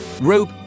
Rope